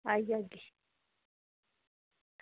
आई जाह्गी